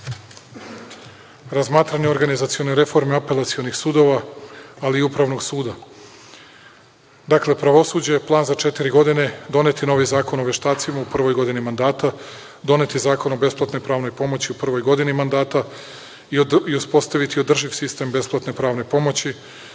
organima. Razmatranje organizacione reforme apelacionih sudova, ali i Upravnog suda. Dakle, pravosuđe je plan za četiri godine. Donet je novi Zakon o veštacima u prvoj godini mandata, donet je Zakon o besplatnoj pravnoj pomoći u prvoj godini mandata, i uspostaviti održiv sistem besplatne pravne pomoći.